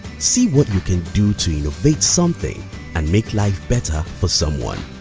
see what you can do to innovate something and make life better for someone.